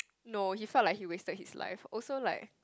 no he sort of like he wasted his life also like